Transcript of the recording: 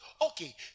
Okay